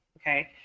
Okay